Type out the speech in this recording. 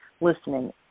listening